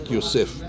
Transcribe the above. Yosef